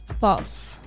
False